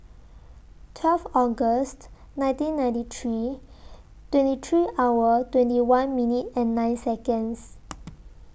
twelve August nineteen ninety three twenty three hour twenty one minute and nine Seconds